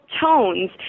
tones